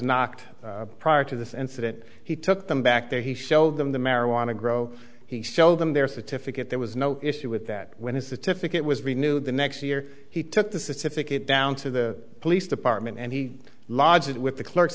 knocked prior to this incident he took them back there he showed them the marijuana grow he showed them their certificate there was no issue with that when his a to pick it was renewed the next year he took the statistic it down to the police department and he lodged with the clerks